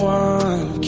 one